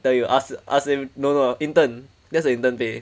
I tell you ask ask them no no intern that's the intern pay